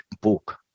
book